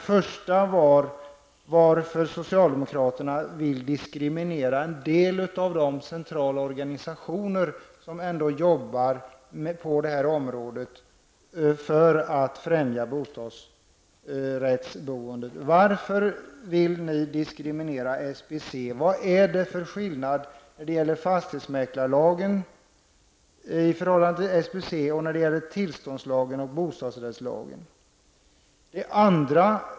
Varför vill socialdemokraterna diskriminera en del av de centrala organisationer som arbetar på området för att främja bostadsrättsboendet? Varför vill socialdemokraterna diskriminera SBC? Vad är det för skillnad när det gäller fastighetsmäklarlagen i förhållande till SBC och när det gäller tillståndslagen och bostadsrättslagen?